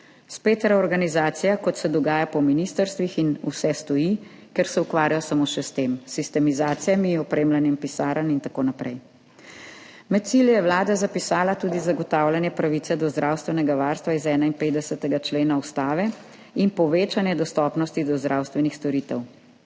Spet reorganizacija, kot se dogaja po ministrstvih in vse stoji, ker se ukvarja samo še s tem, s sistemizacijami, opremljanjem pisarn in tako naprej. Med cilje je Vlada zapisala tudi zagotavljanje pravice do zdravstvenega varstva iz 51. člena Ustave in povečanje dostopnosti do zdravstvenih storitev,